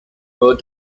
her